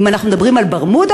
אם אנחנו מדברים על ברמודה,